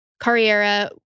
Carriera